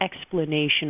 explanation